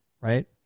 right